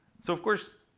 so of course,